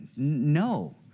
No